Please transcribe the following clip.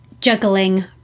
juggling